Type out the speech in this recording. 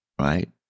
right